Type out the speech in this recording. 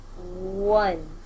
One